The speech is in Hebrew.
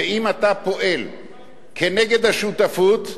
ואם אתה פועל נגד השותפות,